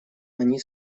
они